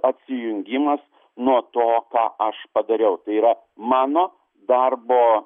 atsijungimas nuo to ką aš padariau tai yra mano darbo